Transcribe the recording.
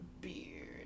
beard